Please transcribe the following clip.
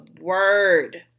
word